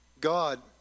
God